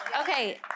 Okay